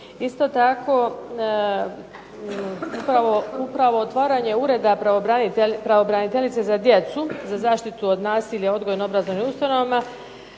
Isto tako upravo otvaranje ureda Pravobraniteljice za djecu, za zaštitu od nasilja u odgojno-obrazovnim ustanovama,